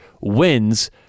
wins